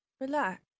Relax